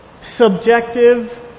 subjective